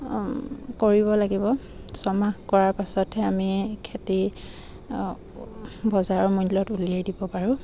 কৰিব লাগিব ছমাহ কৰাৰ পাছতহে আমি খেতি বজাৰৰ মূল্যত উলিয়াই দিব পাৰোঁ